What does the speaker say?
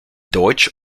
deutsch